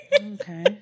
Okay